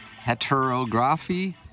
heterography